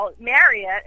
Marriott